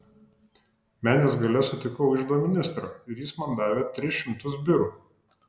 menės gale sutikau iždo ministrą ir jis man davė tris šimtus birų